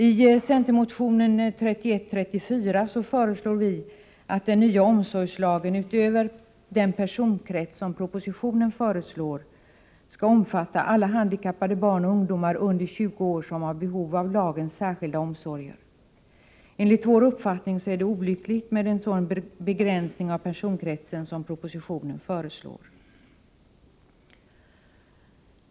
I centermotionen 3134 föreslår vi att den nya omsorgslagen utöver den personkrets som föreslås i propositionen skall omfatta alla handikappade barn och ungdomar under 20 år som har behov av lagens särskilda omsorger. Enligt vår uppfattning är det olyckligt med en sådan begränsning av personkretsen som föreslås i propositionen.